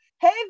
Hey